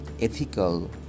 Ethical